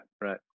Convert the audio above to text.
right